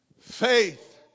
Faith